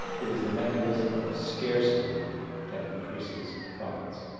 it is the mechanism of scarcity that increases profits.